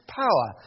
power